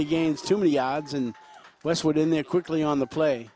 he gains too many yards and westwood in there quickly on the play